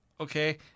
Okay